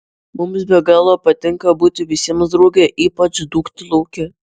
mums be galo patinka būti visiems drauge ypač dūkti lauke